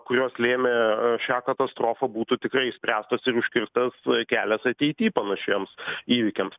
kurios lėmė šią katastrofą būtų tikrai išspręstos ir užkirstas kelias ateity panašiems įvykiams